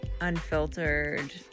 unfiltered